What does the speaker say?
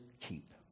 keep